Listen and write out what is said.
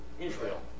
Israel